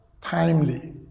timely